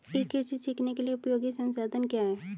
ई कृषि सीखने के लिए उपयोगी संसाधन क्या हैं?